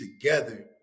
together